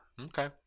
Okay